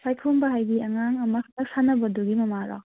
ꯄꯥꯏꯈꯣꯝꯕ ꯍꯥꯏꯗꯤ ꯑꯉꯥꯡ ꯑꯃ ꯁꯥꯟꯅꯕꯗꯨꯒꯤ ꯃꯃꯥꯔꯣ